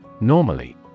Normally